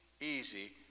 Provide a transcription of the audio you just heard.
easy